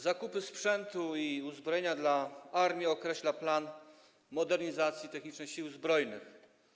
Zakupy sprzętu i uzbrojenia dla armii określa plan modernizacji technicznej Sił Zbrojnych.